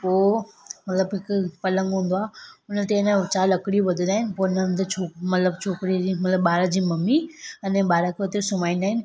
पोइ मतलबु हिकु पलंगु हूंदो आहे हुन ते अन चारि लकड़ियूं ॿधंदा आहिनि पोइ हुनजे अंदरि छो मतलबु छोकिरे जी मतलबु ॿारजी मम्मी अने ॿार खे हुते सुम्हारींदा आहिनि